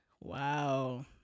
Wow